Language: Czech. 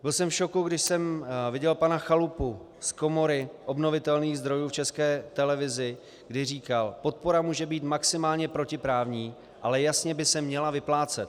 Byl jsem v šoku, když jsem viděl pana Chalupu z Komory obnovitelných zdrojů v České televizi, kdy říkal: Podpora může být maximálně protiprávní, ale jasně by se měla vyplácet.